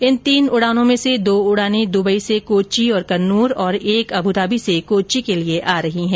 इन तीन उड़ानों में से दो उड़ाने दुबई से कोच्चि और कन्नूर और एक अबू धाबी से कोच्चि के लिये आ रही है